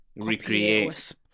Recreate